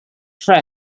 trek